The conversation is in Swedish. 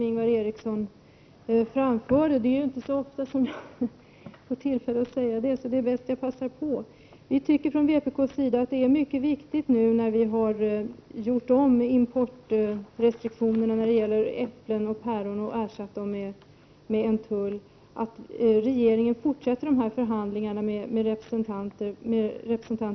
Det är 47 inte särskilt ofta som jag har tillfälle att säga någonting sådant. Därför passar jag på att säga detta. Vi i vpk tycker att det är mycket viktigt att regeringen, nu när importrestriktionerna har gjorts om när det gäller äpplen och päron och ersatts med en tull, fortsätter förhandlingarna med representanter för fruktodlingen.